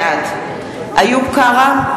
בעד איוב קרא,